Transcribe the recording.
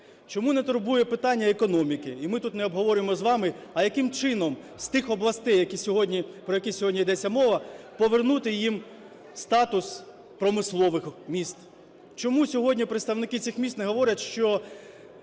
Чому не турбує питання економіки, і ми тут не обговорюємо з вами, а яким чином з тих областей, які сьогодні, про які сьогодні йдеться мова, повернути їм статус промислових міст? Чому сьогодні представники цих міст не говорять, що